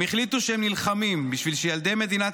הם החליטו שהם נלחמים בשביל שילדי מדינת